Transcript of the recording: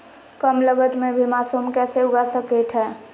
कम लगत मे भी मासूम कैसे उगा स्केट है?